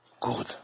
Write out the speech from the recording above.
good